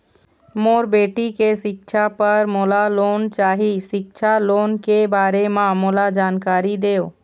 मोर बेटी के सिक्छा पर मोला लोन चाही सिक्छा लोन के बारे म मोला जानकारी देव?